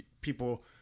people